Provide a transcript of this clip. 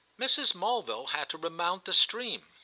mrs. mulville had to remount the stream.